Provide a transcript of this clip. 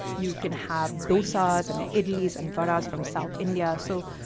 you can have dosas, ah and idlis and farahs from south india. so,